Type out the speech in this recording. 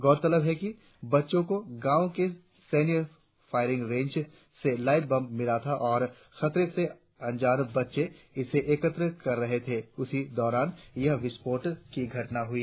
गौरतलब है कि बच्चों को गांव के सैन्य फायरिंग रेंज से लाईव बम मिला था और खतरे से अनजान बच्चे इसे एकत्र कर रहे थे उसी दौरान यह विस्फोटक की घटना हुई